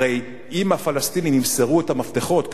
הרי אם הפלסטינים ימסרו את המפתחות,